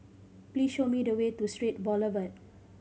please show me the way to Strait Boulevard